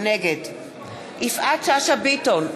נגד יפעת שאשא ביטון,